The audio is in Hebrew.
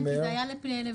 כי זה היה לפנים.